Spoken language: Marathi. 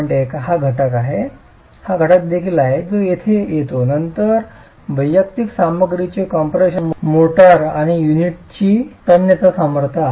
1 हा घटक देखील आहे जो येथे येतो आणि नंतर वैयक्तिक सामग्रीचे कम्प्रेशन मोर्टार आणि युनिटची तन्यता सामर्थ्य आहे